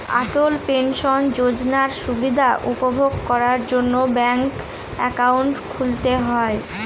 অটল pension যোজনার সুবিধা উপভোগ করার জন্য ব্যাঙ্ক একাউন্ট খুলতে হয়